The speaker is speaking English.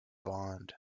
bond